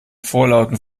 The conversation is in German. vorlauten